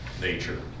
nature